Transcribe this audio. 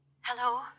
Hello